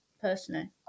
personally